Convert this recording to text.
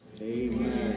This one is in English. Amen